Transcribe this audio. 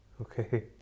Okay